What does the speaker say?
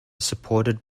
supported